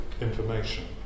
information